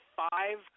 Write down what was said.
five